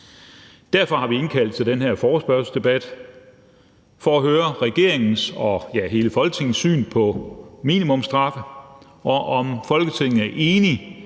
Derfor har vi indkaldt til denne forespørgselsdebat for at høre om regeringens og hele Folketingets syn på minimumsstraffe, og om Folketinget er enige